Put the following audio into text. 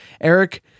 Eric